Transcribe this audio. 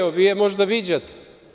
Evo, vi je možda viđate.